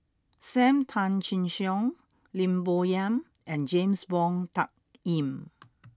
Sam Tan Chin Siong Lim Bo Yam and James Wong Tuck Yim